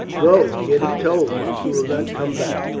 go, get it told. you will not come back.